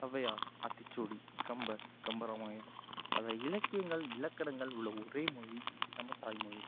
அவ்வையார் ஆத்திச்சூடி கம்பர் கம்பராமாயணம் பல இலக்கியங்கள் இலக்கணங்கள் உள்ள ஒரே மொழி நம்ம தாய்மொழி